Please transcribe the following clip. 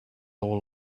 all